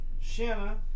Shanna